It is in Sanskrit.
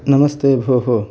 नमस्ते भोः